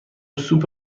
سوپ